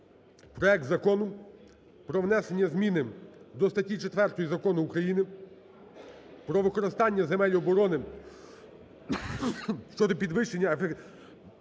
проект Закону про внесення зміни до статті 4 Закону України "Про використання земель оборони" щодо підвищення ефективності